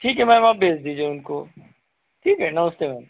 ठीक है मैम आप भेज़ दीजिए उनको ठीक है नमस्ते मैम